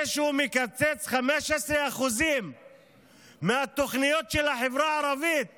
זה שהוא מקצץ 15% מהתוכניות של החברה הערבית